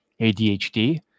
ADHD